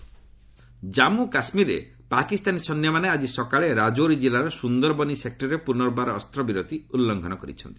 ceasefire violation Jammu କାଶ୍ମୀରରେ ପାକିସ୍ତାନୀ ସୈନ୍ୟମାନେ ଆକ୍ଷି ସକାଳେ ରାଜୌରୀ ଜିଲ୍ଲାର ସୁନ୍ଦରବନି ସେକ୍ଟରରେ ପୁନର୍ବାର ଅସ୍ତ୍ରବିରତି ଉଲ୍ଲଙ୍ଘନ କରିଛନ୍ତି